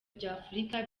by’afurika